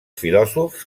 filòsofs